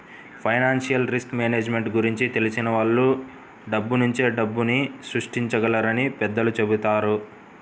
financial risk management గురించి తెలిసిన వాళ్ళు డబ్బునుంచే డబ్బుని సృష్టించగలరని పెద్దలు చెబుతారు